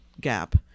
gap